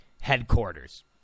headquarters